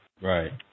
Right